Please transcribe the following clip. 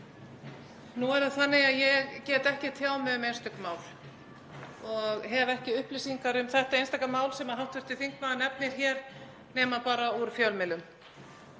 Nú er það þannig að ég get ekki tjáð mig um einstök mál og hef ekki upplýsingar um þetta einstaka mál sem hv. þingmaður nefnir hér nema bara úr fjölmiðlum.